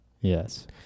Yes